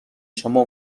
شما